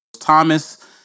Thomas